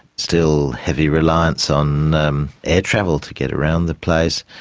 still heavy reliance on um air travel to get around the place.